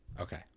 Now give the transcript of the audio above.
Okay